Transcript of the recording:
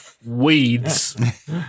Weeds